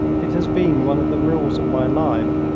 it has been one of the rules of my life,